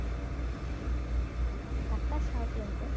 ᱫᱟᱠᱟ ᱥᱟᱶᱜᱮ ᱮᱱᱛᱮᱫ